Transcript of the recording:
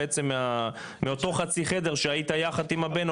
בעצם מאותו חצי חדר שהיית יחד עם הבן,